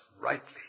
rightly